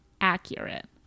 accurate